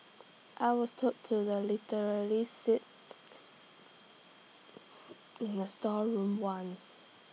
I was told to the literally sit in A storeroom once